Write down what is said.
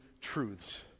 truths